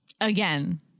Again